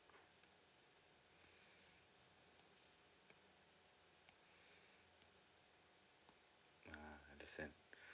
uh understand